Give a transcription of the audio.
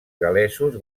gal·lesos